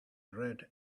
red